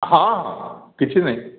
ହଁ ହଁ କିଛି ନାହିଁ